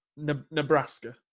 Nebraska